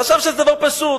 חשב שזה לא פשוט,